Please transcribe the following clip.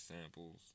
samples